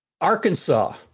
Arkansas